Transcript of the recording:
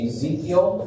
Ezekiel